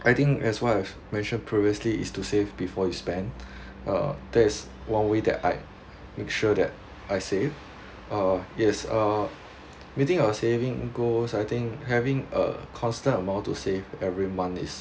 I think as what I have mention previously is to save before you spend uh that is one way that I make sure that I save uh yes uh meeting our saving goal I think having a constant amount to save every month is